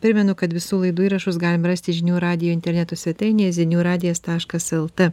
primenu kad visų laidų įrašus galim rasti žinių radijo interneto svetainėje zinių radijas taškas lt